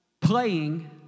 playing